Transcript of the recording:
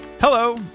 hello